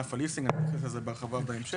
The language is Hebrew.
בענף הליסינג, אני אתייחס לזה בהרחבה בהמשך.